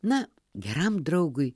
na geram draugui